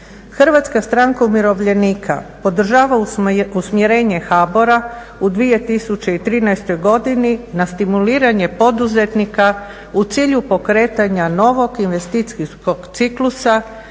Hrvatska stranka umirovljenika podržava usmjerenje HBOR-a u 2013. godini na stimuliranje poduzetnika u cilju pokretanja novog investicijskog ciklusa,